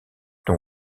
une